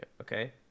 okay